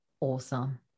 awesome